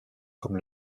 comme